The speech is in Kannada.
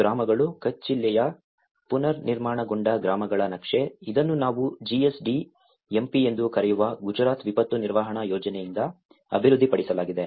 ಗ್ರಾಮಗಳು ಕಚ್ ಜಿಲ್ಲೆಯ ಪುನರ್ನಿರ್ಮಾಣಗೊಂಡ ಗ್ರಾಮಗಳ ನಕ್ಷೆ ಇದನ್ನು ನಾವು GSDMP ಎಂದು ಕರೆಯುವ ಗುಜರಾತ್ ವಿಪತ್ತು ನಿರ್ವಹಣಾ ಯೋಜನೆಯಿಂದ ಅಭಿವೃದ್ಧಿಪಡಿಸಲಾಗಿದೆ